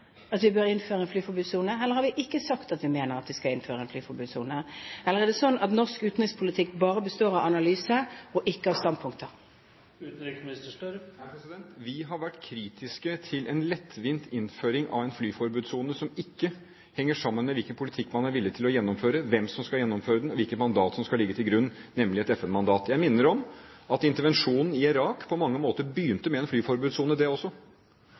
at vi bør innføre en flyforbudssone, har vi ikke sagt at vi mener at vi skal innføre en flyforbudssone, eller er det sånn at norsk utenrikspolitikk bare består av analyse og ikke av standpunkter? Vi har vært kritiske til en lettvint innføring av en flyforbudssone som ikke henger sammen med hvilken politikk man er villig til å gjennomføre, hvem som skal gjennomføre den, og hvilket mandat som skal ligge til grunn, nemlig et FN-mandat. Jeg minner om at intervensjonen i Irak på mange måter begynte med en flyforbudssone, den også.